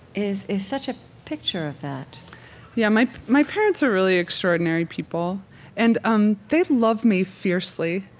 is is such a picture of that yeah. my my parents are really extraordinary people and um they love me fiercely.